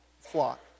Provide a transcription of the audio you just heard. flock